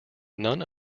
none